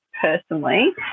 personally